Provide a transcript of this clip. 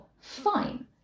fine